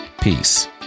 Peace